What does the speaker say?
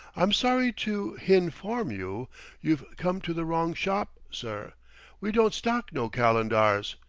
i'm sorry to hin form you you've come to the wrong shop, sir we don't stock no calendars.